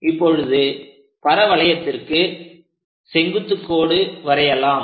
இப்பொழுது பரவளையத்திற்கு செங்குத்துக் கோடு வரையலாம்